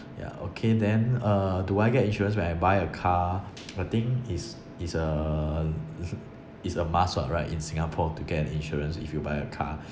ya okay then uh do I get insurance when I buy a car I think it's it's a it's a must [what] right in Singapore to get an insurance if you buy a car